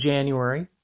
January